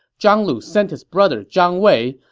zhang lu sent his brother zhang wei,